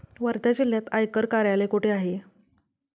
वर्धा जिल्ह्यात आयकर कार्यालय कुठे आहे?